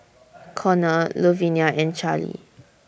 Connor Luvinia and Charlie